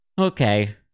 Okay